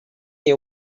they